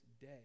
day